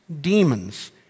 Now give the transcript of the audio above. demons